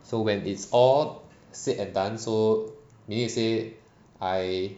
so when it's all said and done so meaning to say I